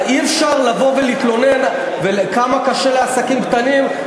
אי-אפשר לבוא ולהתלונן כמה קשה לעסקים קטנים,